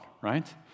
right